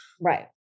Right